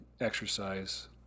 exercise